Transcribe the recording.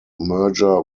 merger